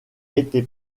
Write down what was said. été